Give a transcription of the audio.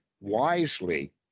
wisely